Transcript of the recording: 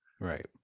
right